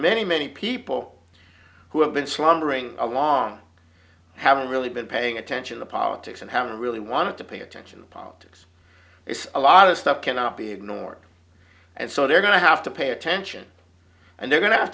many many people who have been slumbering along haven't really been paying attention to politics and haven't really wanted to pay attention to politics it's a lot of stuff cannot be ignored and so they're going to have to pay attention and they're going to have